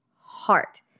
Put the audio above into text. heart